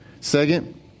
Second